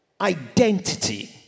identity